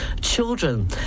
children